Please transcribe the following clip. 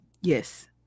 Yes